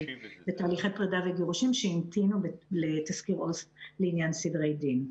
פרידה וגירושין שהמתינו לתסקיר עובד סוציאלי לעניין סדרי דין.